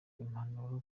impanuro